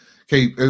Okay